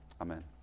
Amen